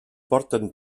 porten